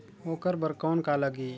ओकर बर कौन का लगी?